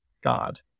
God